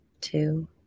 two